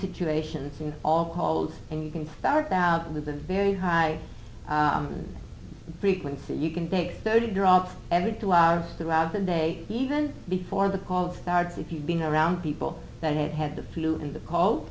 situations and all calls and you can start out with a very high frequency you can take thirty drops every two hours throughout the day even before the call of starts if you've been around people that have had the flu and the c